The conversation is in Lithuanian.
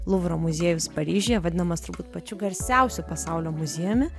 luvro muziejus paryžiuje vadinamas turbūt pačiu garsiausiu pasaulio muziejumi